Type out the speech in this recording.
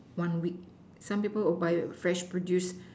one week some people buy fresh produce